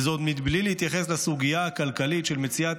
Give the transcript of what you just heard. וזאת עוד בלי להתייחס לסוגיה הכלכלית של מציאת